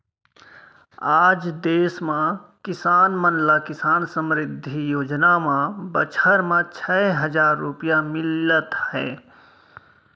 आज देस म किसान मन ल किसान समृद्धि योजना म बछर म छै हजार रूपिया मिलत हे